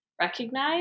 recognize